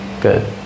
good